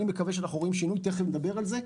אני מקווה שאנחנו רואים שינוי, ותיכף נדבר על זה.